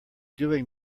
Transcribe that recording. doing